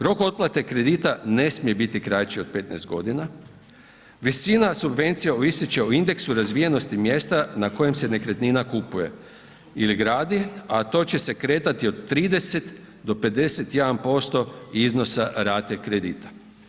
Rok otplate kredita ne smije biti kraći od 15 godina, visina subvencija ovisiti će o indeksu razvijenosti mjesta na kojem se nekretnina kupiuje ili gradi a to će se kretati od 30 do 51% iznosa rate kredita.